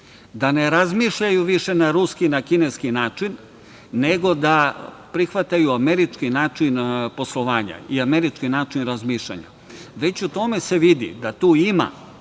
da ne razmišljaju više na ruski, na kineski način, nego da prihvataju američki način poslovanja i američki način razmišljanja. Već u tome se vidi da tu ima